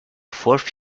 fourth